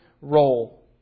role